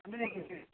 అంటే